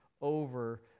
over